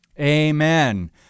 amen